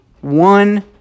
one